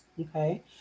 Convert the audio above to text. okay